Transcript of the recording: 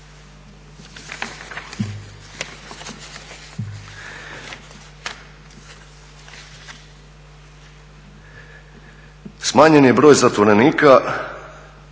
Smanjen je broj zatvorenika,